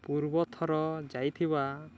ପୂର୍ବ ଥର ଯାଇଥିବା